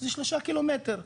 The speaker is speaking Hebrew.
זה שלושה קילומטר,